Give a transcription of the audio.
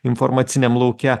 informaciniam lauke